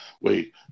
wait